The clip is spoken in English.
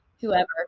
whoever